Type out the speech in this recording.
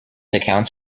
accounts